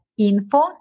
info